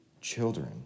children